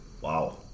Wow